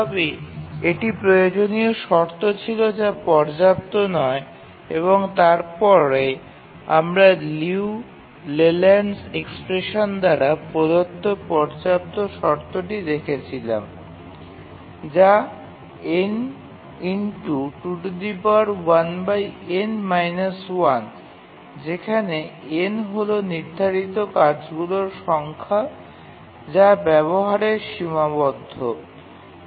তবে এটি প্রয়োজনীয় শর্ত ছিল যা পর্যাপ্ত নয় এবং তারপরে আমরা লিউ লেল্যান্ডস এক্সপ্রেশন দ্বারা প্রদত্ত পর্যাপ্ত শর্তটি দেখেছিলাম যা যেখানে n হল নির্ধারিত কাজগুলির সংখ্যা যা ব্যবহারকে সীমাবদ্ধ করে